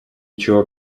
чего